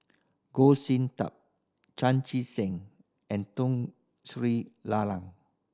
Goh Sin Tub Chan Chee Seng and Tun Sri Lanang